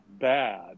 bad